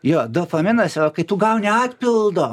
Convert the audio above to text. jo dopaminas yra kai tu gauni atpildo